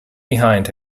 behind